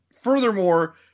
furthermore